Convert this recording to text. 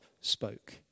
spoke